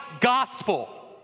gospel